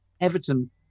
Everton